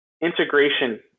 integration